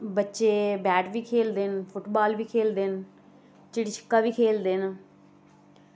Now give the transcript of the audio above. बच्चे बैट बी खेल्लदे न फुटबॉल बी खेल्लदे न चिड़ी छिक्का बी खेल्लदे न